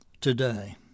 today